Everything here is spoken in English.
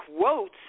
quotes